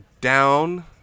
down